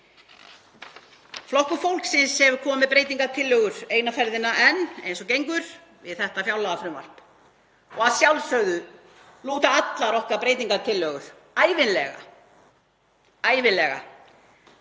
Flokkur fólksins hefur komið með breytingartillögur eina ferðina enn eins og gengur við þetta fjárlagafrumvarp. Að sjálfsögðu lúta allar okkar breytingartillögur ævinlega að